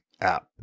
app